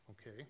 Okay